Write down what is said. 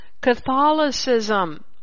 Catholicism